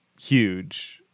huge –